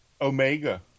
Omega